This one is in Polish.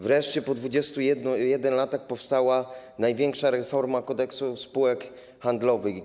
Wreszcie po 21 latach powstała największa reforma Kodeksu spółek handlowych.